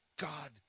God